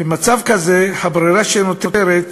במצב כזה, הברירה שנותרת